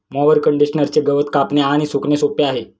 mower कंडिशनरचे गवत कापणे आणि सुकणे सोपे आहे